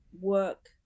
work